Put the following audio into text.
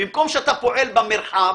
במקום שאתה פועל במרחב,